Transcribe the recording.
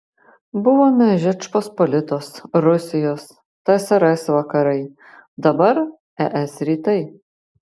buvome žečpospolitos rusijos tsrs vakarai dabar es rytai